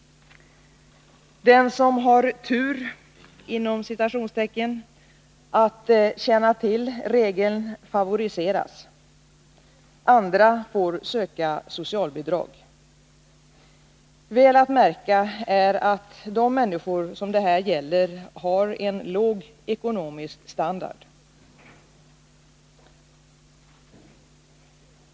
Den som har ”tur” att känna till regeln favoriseras. Andra får söka socialbidrag. Väl att märka är att de människor det här gäller har en låg ekonomisk standard.